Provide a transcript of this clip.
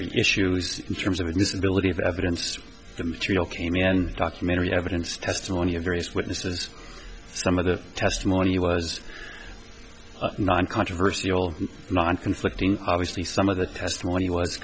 y issues in terms of admissibility of evidence the material came in documentary evidence testimony of various witnesses some of the testimony was nine controversy all non conflicting obviously some of the testimony w